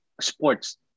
sports